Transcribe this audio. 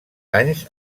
anys